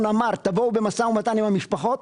אמר: תבואו במשא ומתן עם המשפחות.